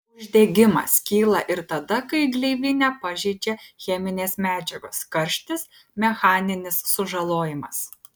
uždegimas kyla ir tada kai gleivinę pažeidžia cheminės medžiagos karštis mechaninis sužalojimas